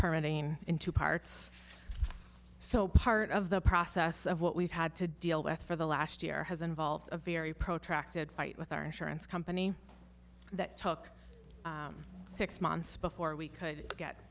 hurricane in two parts so part of the process of what we've had to deal with for the last year has involved a very protracted fight with our insurance company that took six months before we could get